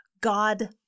God